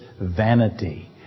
Vanity